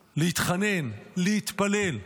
להתחנן, להתפלל,